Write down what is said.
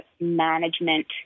management